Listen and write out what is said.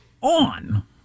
on